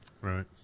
Right